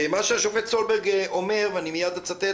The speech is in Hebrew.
ומה שהשופט סולברג אומר ואני מייד אצטט